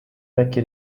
vecchi